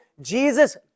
Jesus